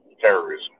terrorism